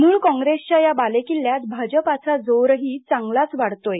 मुळ कॉंग्रेसच्या या बालोकिल्ल्यात भाजपाचा जोरही चांगलाच वाढत आहे